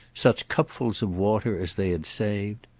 such cupfuls of water as they had saved.